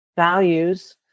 Values